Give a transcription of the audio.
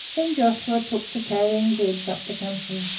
then joshua took to carrying goods up the country,